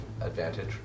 advantage